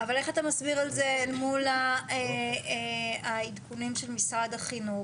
אבל איך אתה מסביר את זה אל מול העדכונים של משרד החינוך?